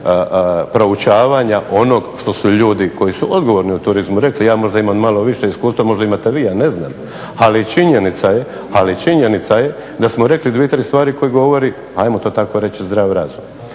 proučavanja onog što su ljudi koji su odgovorni u turizmu rekli ja možda imam malo više iskustva, možda imate vi, ja ne znam. Ali činjenica je da smo rekli dvije, tri stvari koje govori hajmo to tako reći zdravi razum.